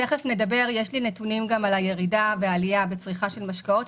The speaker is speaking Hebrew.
יש לי נתונים גם על הירידה והעלייה בצריכה של משקאות.